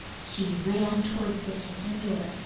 she ran toward the kitchen door,